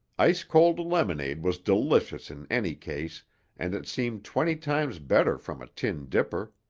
ice-cold lemonade was delicious in any case and it seemed twenty times better from a tin dipper.